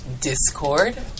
discord